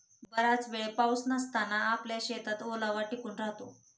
बराच वेळ पाऊस नसताना आपल्या शेतात ओलावा टिकून राहतो